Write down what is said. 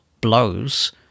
blows